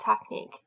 technique